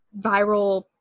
viral